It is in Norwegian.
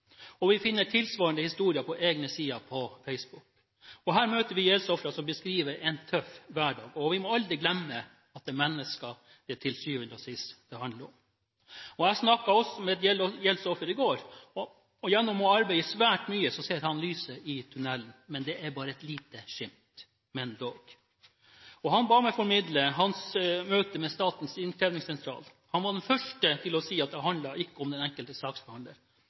Vi finner tilsvarende historier på egne sider på Facebook – her møter vi gjeldsofre som beskriver en tøff hverdag. Vi må aldri glemme at det er mennesker det til syvende og sist handler om. Jeg snakket også med et gjeldsoffer i går. Gjennom å arbeide svært mye ser han lyset i enden av tunnelen. Det er bare et lite skimt – men dog. Han ba meg formidle hans møte med Statens innkrevingssentral. Han var den første til å si at det handler ikke om den enkelte saksbehandler